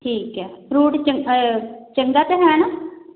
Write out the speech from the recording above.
ਠੀਕ ਹੈ ਫਰੂਟ ਚੰਗ ਚੰਗਾ ਤਾਂ ਹੈ ਨਾ